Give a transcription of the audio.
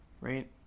Right